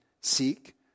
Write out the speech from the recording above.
seek